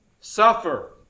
Suffer